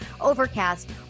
Overcast